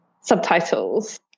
subtitles